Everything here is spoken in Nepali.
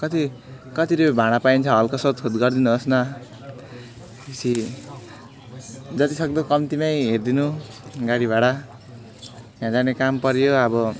कति कति रुपियाँ भाडा पाइन्छ हल्का सोधखोज गरिदिनु होस् न त्यसरी जतिसक्दो कम्तीमै हेरिदिनु गाडी भाडा त्यहाँ जाने काम पर्यो अब